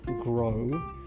grow